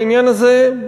בעניין הזה,